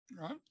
right